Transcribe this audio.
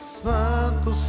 santo